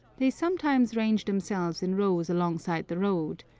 they sometimes range themselves in rows alongside the road,